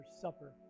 supper